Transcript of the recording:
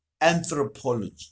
anthropology